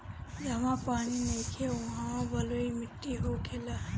जहवा पानी नइखे उहा बलुई माटी होखेला